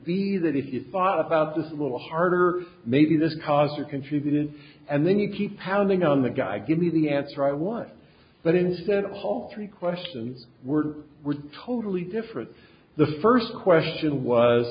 be that if you thought about this a little harder maybe this causes contributed and then you keep pounding on the guy give me the answer i want but instead all three questions were were totally different the first question was